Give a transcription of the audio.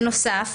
בנוסף,